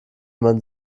man